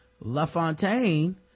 LaFontaine